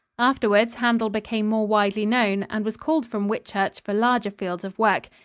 afterwards handel became more widely known, and was called from whitchurch for larger fields of work.